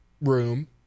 room –